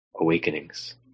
awakenings